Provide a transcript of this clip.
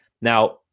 Now